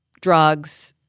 drugs.